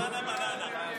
ותוסיף: ננה-בננה.